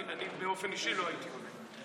אני באופן אישי לא הייתי עונה,